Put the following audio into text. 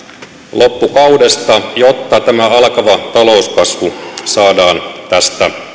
loppukaudesta jotta tämä alkava talouskasvu saadaan tästä